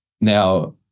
Now